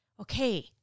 okay